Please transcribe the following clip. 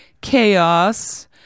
chaos